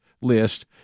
list